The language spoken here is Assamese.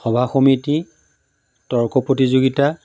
সভা সমিতি তৰ্ক প্ৰতিযোগিতা